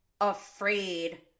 afraid